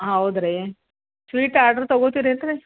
ಹೌದು ರೀ sweet order ತಗೋತೀರಾ ಏನು ರೀ